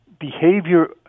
behavior